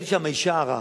ראיתי שם אשה הרה,